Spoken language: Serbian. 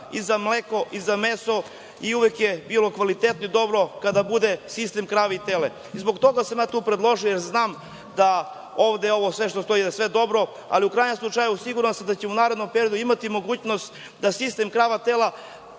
i za mleko i za mese i uvek je bilo kvalitetno i dobro kada bude sistem krava i tele. Zbog toga sam ja tu predložio, jer znam da ovde ovo sve što stoji, da je sve dobro, ali u krajnjem slučaju siguran sam da ćemo u narednom periodu imati mogućnost da sistem krava tele